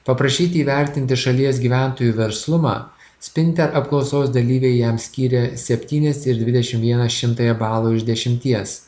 paprašyti įvertinti šalies gyventojų verslumą spinte apklausos dalyviai jam skyrė septynias ir dvidešimt vieną šimtąją balų iš dešimties